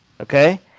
Okay